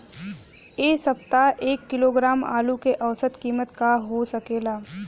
एह सप्ताह एक किलोग्राम आलू क औसत कीमत का हो सकेला?